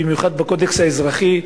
במיוחד בקודקס האזרחי,